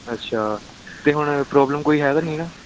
ਅੱਛਾ ਅਤੇ ਹੁਣ ਪ੍ਰੋਬਲਮ ਕੋਈ ਹੈ ਤਾਂ ਨਹੀਂ ਨਾ